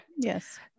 Yes